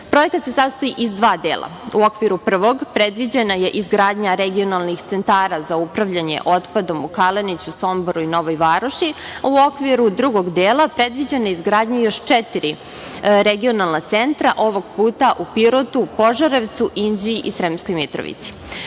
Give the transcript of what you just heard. zemlje. Projekat se sastoji iz dva dela. U okviru prvog, predviđena je izgradnja regionalnih centara za upravljanje otpadom u Kaleniću, Somboru i Novoj Varoši, u okviru drugog dela predviđena je izgradnja još četiri regionalna centra ovog puta u Pirotu, Požarevcu, Inđiji i Sremskoj Mitrovici. Ovim